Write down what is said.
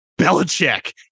Belichick